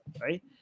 right